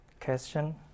question